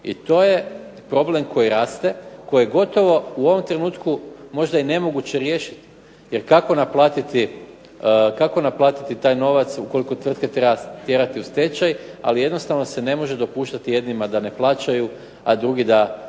I to je problem koji raste, koji je gotovo u ovom trenutku možda i nemoguće riješiti. Jer kako naplatiti taj novac ukoliko tvrtke tjerate u stečaj, ali jednostavno se ne može dopuštati jednima da ne plaćaju, a drugi da